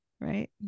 Right